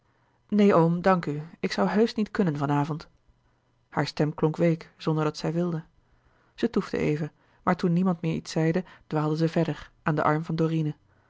neen oom dank u ik zoû heusch niet kunnen van avond hare stem klonk week zonder dat zij wilde louis couperus de boeken der kleine zielen zij toefde even maar toen niemand meer iets zeide dwaalde zij verder aan den arm van dorine